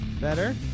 Better